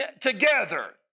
together